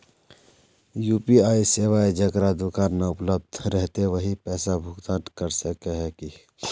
UPI सेवाएं जेकरा दुकान में उपलब्ध रहते वही पैसा भुगतान कर सके है की?